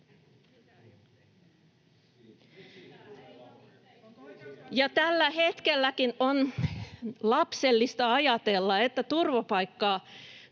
Tällä hetkelläkin on lapsellista ajatella, että turvapaikkaa